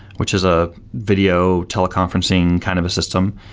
which is a video teleconferencing kind of system.